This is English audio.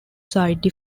side